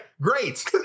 Great